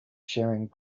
sharing